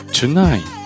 Tonight 。